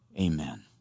Amen